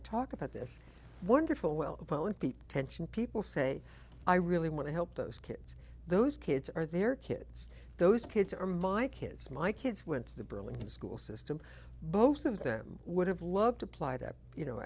i talk about this wonderful well opponent the tension people say i really want to help those kids those kids are their kids those kids are my kids my kids went to the burlington school system both of them would have loved to play that you know